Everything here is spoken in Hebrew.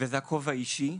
וזה הכובע האישי.